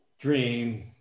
dream